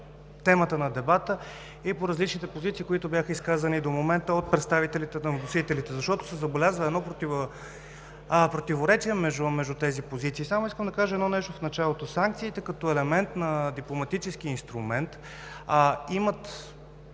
по темата на дебата и по различните позиции, които бяха изказани до момента от представителите на вносителите, защото се забелязва едно противоречие между тези позиции. Само искам да кажа едно нещо в началото – санкциите, като елемент на дипломатически инструмент, имат